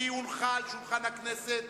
והיא הונחה על שולחן הכנסת,